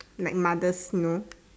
like mothers you know